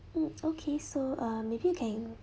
mm okay so um maybe you can